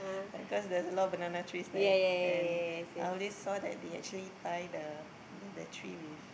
like cause there's a lot of banana trees there and nowadays saw that they actually tie the the the tree with